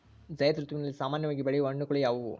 ಝೈಧ್ ಋತುವಿನಲ್ಲಿ ಸಾಮಾನ್ಯವಾಗಿ ಬೆಳೆಯುವ ಹಣ್ಣುಗಳು ಯಾವುವು?